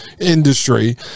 industry